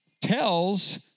tells